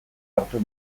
hartu